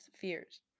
fears